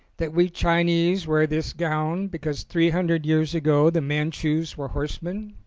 that we chinese wear this gown because three hundred years ago the manchus were horse men?